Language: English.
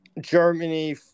Germany